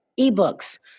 eBooks